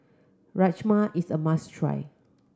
Rajma is a must try